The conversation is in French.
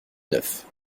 neuf